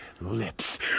lips